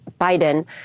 Biden